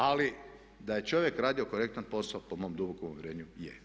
Ali da je čovjek radio korektan posao po mom dubokom uvjerenju je.